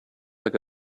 like